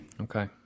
Okay